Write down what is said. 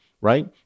Right